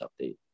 update